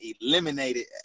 eliminated